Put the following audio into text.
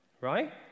Right